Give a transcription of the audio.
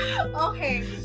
Okay